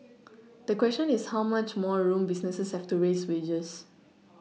the question is how much more room businesses have to raise wages